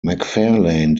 mcfarlane